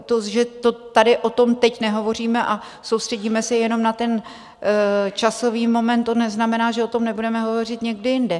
To, že tady o tom teď nehovoříme a soustředíme se jenom na ten časový moment, to neznamená, že o tom nebudeme hovořit někdy jindy.